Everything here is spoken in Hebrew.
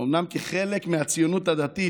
אומנם כחלק מהציונות הדתית,